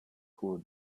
poor